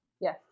yes